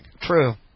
True